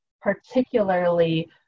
particularly